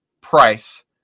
price